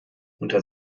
unter